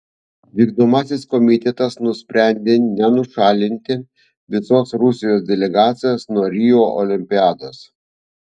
vykdomasis komitetas nusprendė nenušalinti visos rusijos delegacijos nuo rio olimpiados